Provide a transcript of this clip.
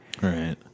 Right